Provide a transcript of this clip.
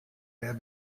der